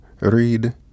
read